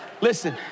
Listen